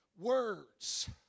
words